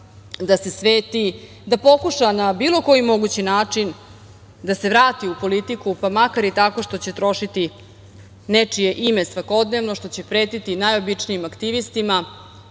da se sveti, da pokuša na bilo koji mogući način da se vrati u politiku, pa makar i tako što će trošiti nečije ime svakodnevno, što će pretiti najobičnijim aktivistima,